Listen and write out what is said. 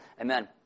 Amen